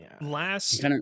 Last